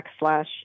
backslash